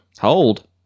Hold